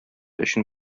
өчен